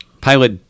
pilot